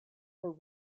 were